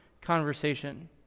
conversation